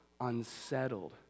unsettled